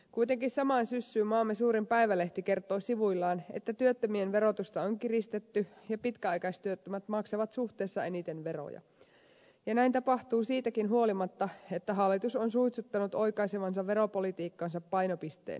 kuitenkin samaan syssyyn maamme suurin päivälehti kertoo sivuillaan että työttömien verotusta on kiristetty ja pitkäaikaistyöttömät maksavat suhteessa eniten veroja ja näin tapahtuu siitäkin huolimatta että hallitus on suitsuttanut oikaisevansa veropolitiikkansa painopisteen